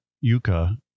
yucca